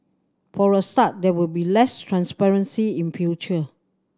for a start there will be less transparency in future